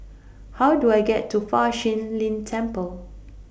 How Do I get to Fa Shi Lin Temple